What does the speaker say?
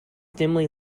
dimly